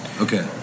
Okay